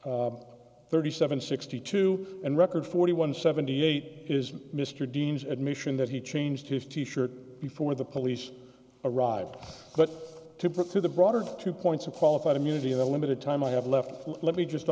record thirty seven sixty two and record forty one seventy eight is mr dean's admission that he changed his t shirt before the police arrived but to put to the broader two points of qualified immunity the limited time i have left let me just